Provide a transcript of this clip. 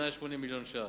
180 מיליון ש"ח,